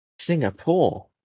Singapore